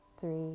three